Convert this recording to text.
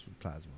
plasma